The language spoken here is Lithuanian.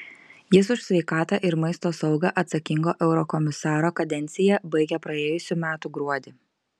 jis už sveikatą ir maisto saugą atsakingo eurokomisaro kadenciją baigė praėjusių metų gruodį